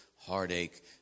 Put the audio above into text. heartache